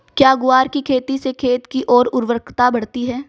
क्या ग्वार की खेती से खेत की ओर उर्वरकता बढ़ती है?